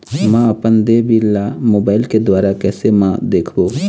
म अपन देय बिल ला मोबाइल के द्वारा कैसे म देखबो?